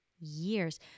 years